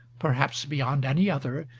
perhaps beyond any other,